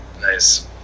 Nice